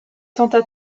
tenta